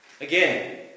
Again